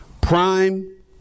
prime